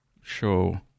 show